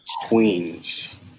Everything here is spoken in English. Queens